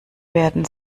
werden